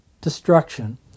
destruction